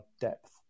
depth